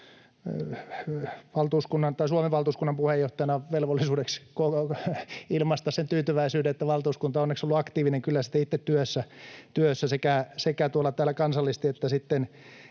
Suomen valtuuskunnan puheenjohtajana velvollisuudeksi ilmaista siitä tyytyväisyyden, että valtuuskunta onneksi on kyllä ollut aktiivinen itse työssä sekä täällä kansallisesti että